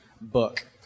book